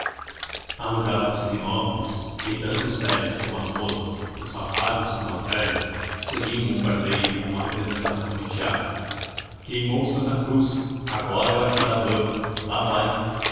o céu alugavam se binóculos e tanto os velhos como as moças os rapazes como as velhas seguiam o bombardeio como uma representação de teatro queimou santa cruz agora é o aquidabã lá vai